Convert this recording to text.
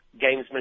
gamesmanship